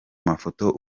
mafoto